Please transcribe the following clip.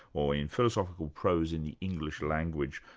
or in philosophical prose in the english language,